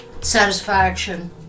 satisfaction